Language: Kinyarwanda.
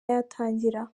yatangira